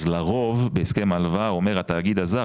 לרוב בהסכם ההלוואה אומר התאגיד הזר,